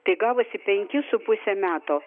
tai gavosi penki su puse metų